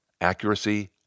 accuracy